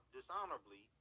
dishonorably